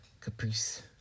Caprice